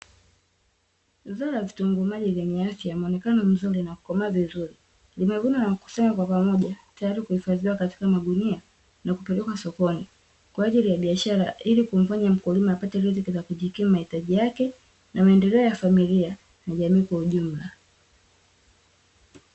Zao la vitunguu maji lenye afya, mwonekano mzuri na kukomaa vizuri, limevunwa na kukusanywa kwa pamoja tayari kuhifadhiwa katika magunia na kupelekwa sokoni kwa ajili ya biashara, ili kumfanya mkulima apate riziki za kujikimu mahitaji yake na maendeleo ya familia na jamii kwa ujumla.